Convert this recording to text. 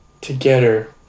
together